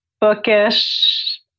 bookish